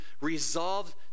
resolved